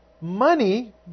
Money